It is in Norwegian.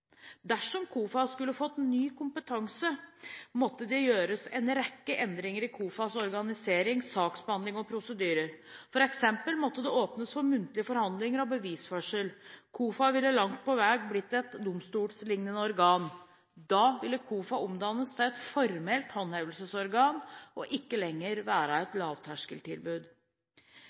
Dersom KOFA skulle få ny kompetanse, måtte det gjøres en rekke endringer i KOFAs organisering, saksbehandling og prosedyrer. For eksempel måtte det åpnes for muntlige forhandlinger og bevisførsel. KOFA ville langt på vei blitt et domstollignende organ. Da ville KOFA omdannes til et formelt håndhevelsesorgan og ikke lenger være et lavterskeltilbud.